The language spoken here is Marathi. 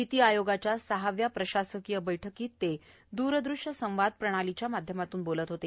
नीति आयोगाच्या सहाव्या प्रशासकीय बैठकीत ते द्रदृश्य संवाद प्रणालीच्या माध्यमातून बोलत होते